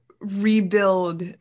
rebuild